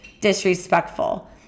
disrespectful